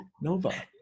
Nova